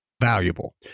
valuable